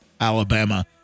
Alabama